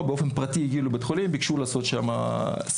הגיעו באופן פרטי לבתי חולים וביקשו לעשות שם סבב.